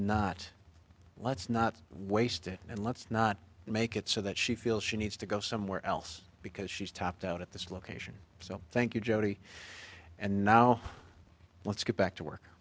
not let's not waste it and let's not make it so that she feels she needs to go somewhere else because she's topped out at this location so thank you jody and now let's get back to work